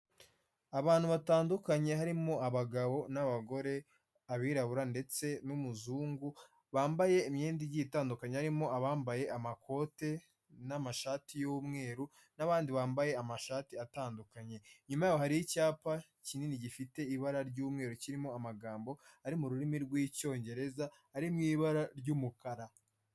Abantu batandukanye harimo abagabo n'abagore, abirabura ndetse n'umuzungu, bambaye imyenda igiye itandukanye harimo abambaye amakote n'amashati y'umweru n'abandi bambaye amashati atandukanye, inyuma yaho hari icyapa kinini gifite ibara ry'umweru kirimo amagambo ari mu rurimi rw'Icyongereza ari mu ibara ry'umukara.